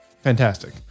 Fantastic